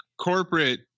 corporate